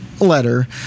letter